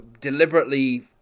deliberately